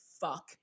fuck